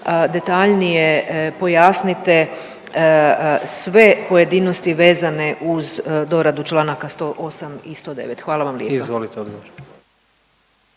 detaljnije pojasnite sve pojedinosti vezane uz doradu čl. 108. i 109., hvala vam lijepo.